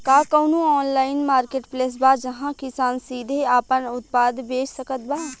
का कउनों online marketplace बा जहां किसान सीधे आपन उत्पाद बेच सकत बा?